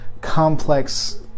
complex